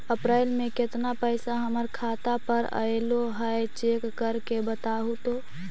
अप्रैल में केतना पैसा हमर खाता पर अएलो है चेक कर के बताहू तो?